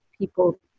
people